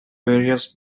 various